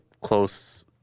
close